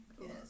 yes